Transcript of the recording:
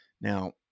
Now